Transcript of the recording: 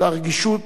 לרגישות